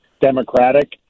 democratic